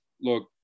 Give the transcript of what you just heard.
look